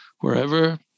wherever